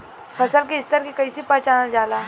फसल के स्तर के कइसी पहचानल जाला